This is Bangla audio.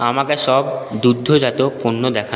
আমাকে সব দুগ্ধজাত পণ্য দেখান